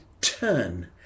turn